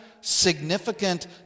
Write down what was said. significant